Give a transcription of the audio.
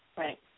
Right